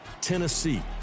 Tennessee